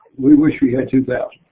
we wish we had two thousand.